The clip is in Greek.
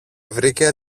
βρήκε